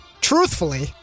Truthfully